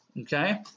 Okay